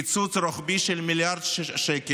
קיצוץ רוחבי של מיליארד שקל,